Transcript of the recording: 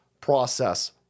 process